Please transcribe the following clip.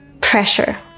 pressure